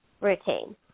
routine